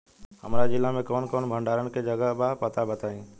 हमरा जिला मे कवन कवन भंडारन के जगहबा पता बताईं?